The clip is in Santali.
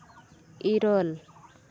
ᱤᱨᱟᱹᱞ